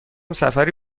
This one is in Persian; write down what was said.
سفری